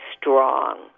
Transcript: strong